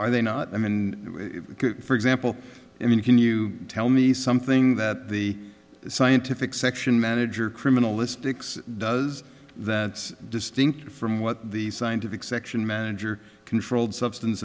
are they not i mean for example i mean can you tell me something that the scientific section manager criminalistics does that distinct from what the scientific section manager controlled substance